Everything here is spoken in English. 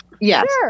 Yes